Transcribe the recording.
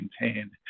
maintained